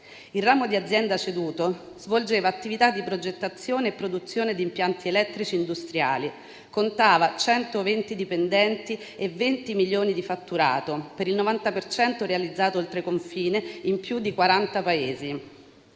il ramo di azienda ceduto svolgeva attività di progettazione e produzione di impianti elettrici industriali, contava 120 dipendenti e 20 milioni di fatturato, per il 90 per cento realizzato oltreconfine in più di 40 Paesi;